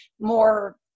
more